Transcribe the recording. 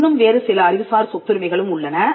இன்னும் வேறு சில அறிவுசார் சொத்துரிமைகளும் உள்ளன